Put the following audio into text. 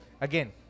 again